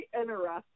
interesting